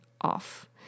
off